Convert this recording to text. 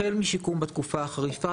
החל משיקום בתקופה החריפה,